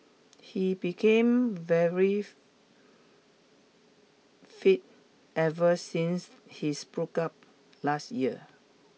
he became very fit ever since his breakup last year